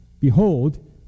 Behold